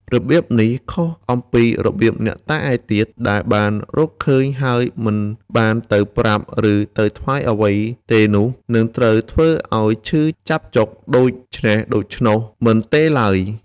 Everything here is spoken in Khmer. របៀបនេះ ខុសអំពីរបៀបអ្នកតាឯទៀត ដែលបានរកឃើញហើយមិនបានទៅប្រាប់ឬទៅថ្វាយអ្វីទេនោះ នឹងត្រូវធ្វើឲ្យឈឺចាប់ចុកដូច្នេះដូច្នោះមិនទេឡើយ ។